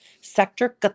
Sector